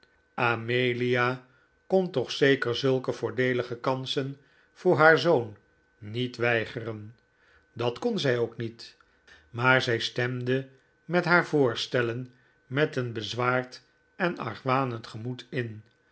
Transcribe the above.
amelia kon toch zeker zulke voordeelige kansen voor haar zoon niet weigeren dat kon zij ook niet maar zij stemde met haar voorstellen met een bezwaard en argwanend gemoed in